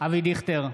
אבי דיכטר,